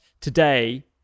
today